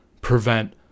prevent